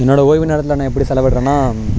என்னோடய ஓய்வு நேரத்தில் நான் எப்படி செலவிடுறனா